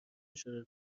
شروع